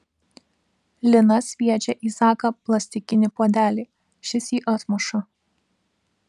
lina sviedžia į zaką plastikinį puodelį šis jį atmuša